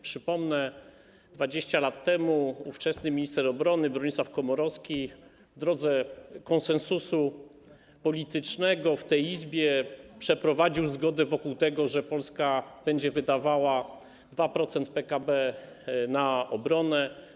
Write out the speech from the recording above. Przypomnę, 20 lat temu ówczesny minister obrony Bronisław Komorowski w drodze konsensusu politycznego w tej Izbie uzyskał zgodę co do tego, że Polska będzie wydawała 2% PKB na obronę.